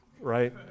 right